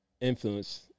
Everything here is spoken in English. influence